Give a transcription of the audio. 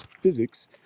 physics